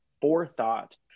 forethought